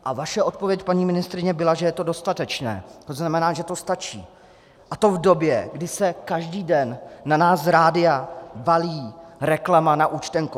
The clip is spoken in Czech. A vaše odpověď, paní ministryně, byla, že je to dostatečné, to znamená, že to stačí, a to v době, kdy se každý den na nás z rádia valí reklama na účtenkovku.